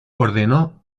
ordenó